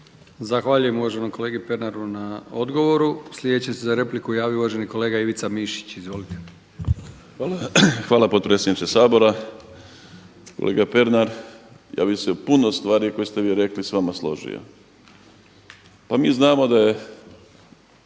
Zahvaljujem uvaženom kolegi Pernaru na odgovoru. Sljedeći se za repliku javio uvaženi kolega Ivica Mišić. Izvolite. **Mišić, Ivica (Promijenimo Hrvatsku)** Hvala potpredsjedniče Sabora. Kolega Pernar, ja bih se u puno stvari koje ste vi rekli s vama složio. Pa mi znamo da su